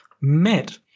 met